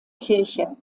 kirche